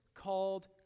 called